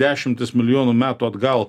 dešimtis milijonų metų atgal